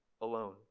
alone